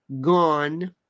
gone